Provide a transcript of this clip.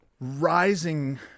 rising